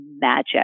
magic